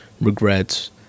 regrets